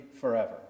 forever